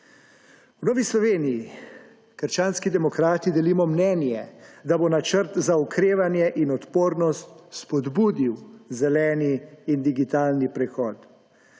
V Novi Sloveniji – krščanski demokrati delimo mnenje, da bo načrt za okrevanje in odpornost spodbudil zeleni in digitalni prehod.